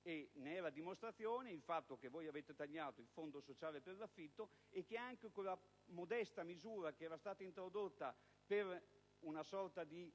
È dimostrazione di ciò il fatto che avete tagliato il Fondo sociale per l'affitto e che anche quella modesta misura che era stata introdotta per una sorta di